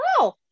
Wow